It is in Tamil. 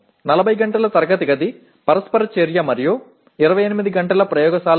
40 மணிநேர வகுப்பறை தொடர்பு மற்றும் 28 மணிநேர ஆய்வகம் உள்ளன